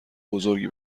بزرگی